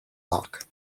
lock